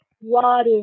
water